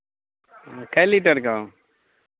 कै लीटर का